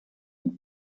and